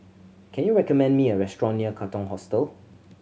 can you recommend me a restaurant near Katong Hostel